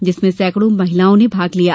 जिसमें सैकड़ो महिलाओं ने भाग लिया